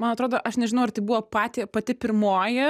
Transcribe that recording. man atrodo aš nežinau ar tai buvo patė pati pirmoji